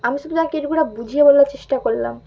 আমি শুধু তাকে এটুকুটা বুঝিয়ে বলার চেষ্টা করলাম